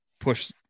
push